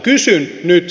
kysyn nyt